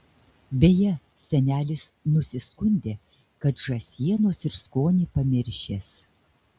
beje senelis nusiskundė kad žąsienos ir skonį pamiršęs